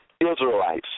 Israelites